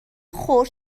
خرد